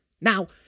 Now